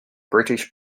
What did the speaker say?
british